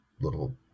little